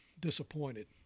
disappointed